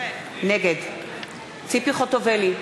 נגד ציפי חוטובלי,